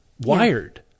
Wired